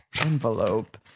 envelope